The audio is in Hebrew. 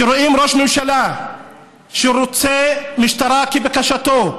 כשרואים ראש ממשלה שרוצה תביעה כבקשתו,